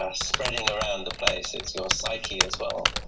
ah spreading around the place, it's your psyche as well.